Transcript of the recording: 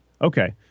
Okay